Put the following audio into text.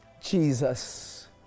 Jesus